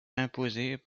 imposées